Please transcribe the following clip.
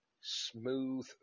smooth